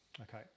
Okay